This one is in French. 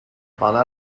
pendant